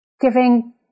giving